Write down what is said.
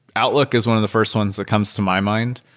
outlook is one of the first ones that comes to my mind.